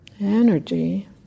energy